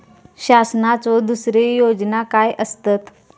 शासनाचो दुसरे योजना काय आसतत?